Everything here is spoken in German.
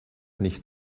nicht